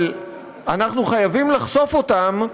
אבל אנחנו חייבים לחשוף אותם,